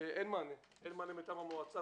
אין מענה מטעם המועצה.